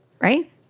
right